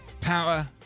power